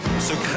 secret